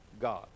God